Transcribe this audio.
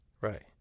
Right